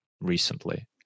recently